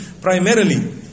Primarily